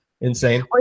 insane